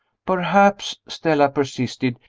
perhaps, stella persisted,